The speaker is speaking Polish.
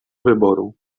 wyboru